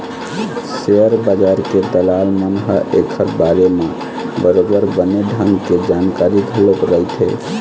share बजार के दलाल मन ल ऐखर बारे म बरोबर बने ढंग के जानकारी घलोक रहिथे